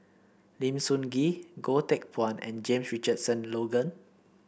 Lim Sun Gee Goh Teck Phuan and Jame Richardson Logan